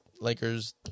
Lakers